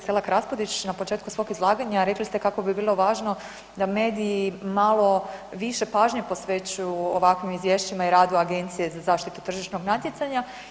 Kolegice Selak Raspudić, na početku svog izlaganja rekli ste kako bi bilo važno da mediji malo više pažnje posvećuju ovakvim izvješćima i radu Agencije za zaštitu tržišnog natjecanja.